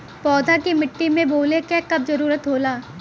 पौधा के मिट्टी में बोवले क कब जरूरत होला